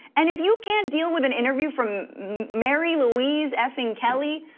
and if you can't deal with an interview from mary luis effin kelly.